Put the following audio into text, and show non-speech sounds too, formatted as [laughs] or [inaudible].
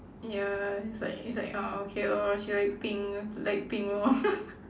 ya it's like it's like orh okay lor she like pink like pink lor [laughs]